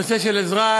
הנושא של עזרה,